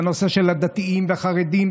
והנושא של הדתיים והחרדים,